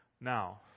now